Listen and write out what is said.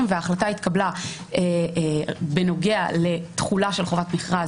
וההחלטה התקבלה בנוגע לתחולה של חובת מכרז,